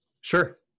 Sure